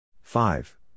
Five